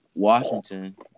Washington